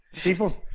people